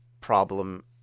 problem